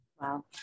Wow